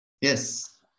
Yes